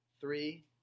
three